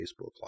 Facebook